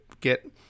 get